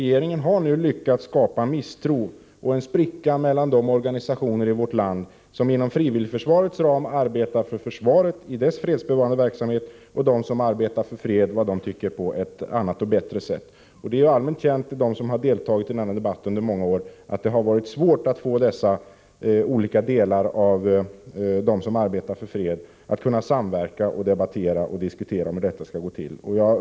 Regeringen har nu lyckats skapa misstro och en spricka mellan de organisationer i vårt land som inom frivilligförsvarets ram arbetar för försvarets fredsbevarande verksamhet och de organisationer som arbetar för fred på ett annat och enligt deras egen mening bättre sätt. Bland dem som under många år deltagit i den här debatten är det allmänt känt att det har varit svårt att få dessa olika organisationer att samverka och att tillsammans diskutera hur arbetet skall bedrivas.